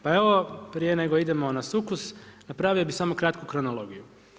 Pa evo prije nego idemo na sukus, napravio bi samo kratku kronologiju.